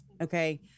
okay